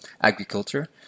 agriculture